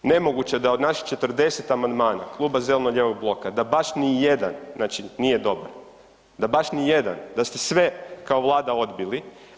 Nemoguće da od naših 40 amandmana Kluba zeleno-lijevog bloka da baš nijedan znači nije dobar, da baš nijedan, da ste sve kao vlada odbili.